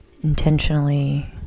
intentionally